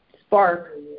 spark